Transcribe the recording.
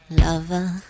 lover